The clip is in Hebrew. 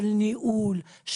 של ניהול,